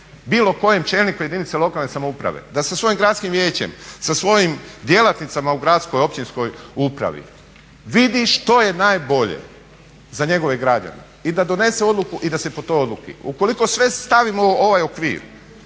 bilo kojem čelniku jedinice lokalne samouprave da sa svojim Gradskim vijećem, sa svojim djelatnicama u gradskoj, općinskoj upravi vidi što je najbolje za njegove građane i da donese odluku i da se po toj odluki. Ukoliko sve stavimo u ovaj okvir